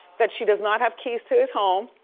that she does not have keys to his home.